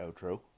outro